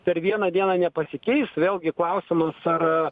per vieną dieną nepasikeis vėlgi klausimas ar